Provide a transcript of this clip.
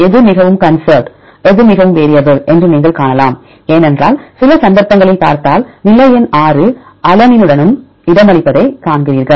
எது மிகவும் கன்சர்வ்டு எது மிகவும் வேரியபிள் என்று நீங்கள் காணலாம் ஏனென்றால் சில சந்தர்ப்பங்களில் பார்த்தால் நிலை எண் 6 அலனினுடன் இடமளிப்பதைக் காண்கிறீர்கள்